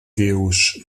deus